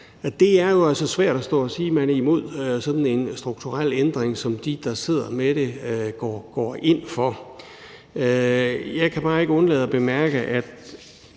altså svært at sige, at man er imod sådan en strukturel ændring, som de, der sidder med det, går ind for. Jeg kan bare ikke undlade at bemærke,